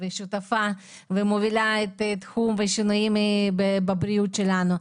ושותפה שמובילה את תחום השינויים בבריאות שלנו,